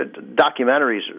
documentaries